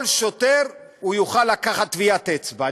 כל שוטר יוכל לקחת טביעת אצבע.